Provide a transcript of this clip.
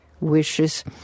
wishes